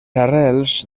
arrels